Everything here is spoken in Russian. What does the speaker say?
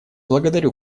благодарю